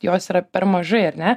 jos yra per mažai ar ne